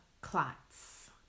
clots